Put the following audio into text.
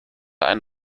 ein